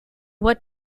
what